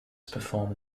performed